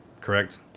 Correct